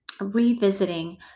revisiting